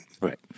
Right